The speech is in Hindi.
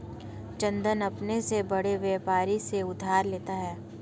चंदन अपने से बड़े व्यापारी से उधार लेता है